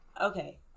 Okay